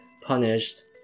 punished